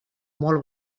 molt